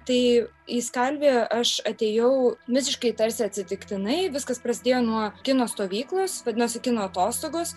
tai į skalviją aš atėjau visiškai tarsi atsitiktinai viskas prasidėjo nuo kino stovyklos vadinosi kino atostogos